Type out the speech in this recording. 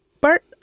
Bert